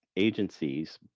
agencies